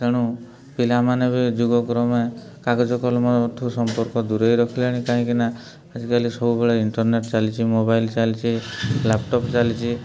ତେଣୁ ପିଲାମାନେ ବି ଯୁଗ କ୍ରମେ କାଗଜ କଲମଠୁ ସମ୍ପର୍କ ଦୂରେଇ ରଖିଲେଣି କାହିଁକି ନା ଆଜିକାଲି ସବୁବେଳେ ଇଣ୍ଟର୍ନେଟ୍ ଚାଲିଛି ମୋବାଇଲ୍ ଚାଲିଛି ଲ୍ୟାପଟପ୍ ଚାଲିଛି